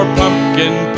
pumpkin